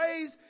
ways